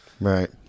Right